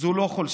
זו לא חולשה.